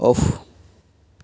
off